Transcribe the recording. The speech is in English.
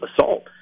assault